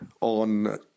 on